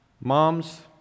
Moms